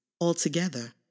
altogether